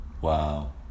Wow